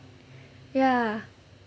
ya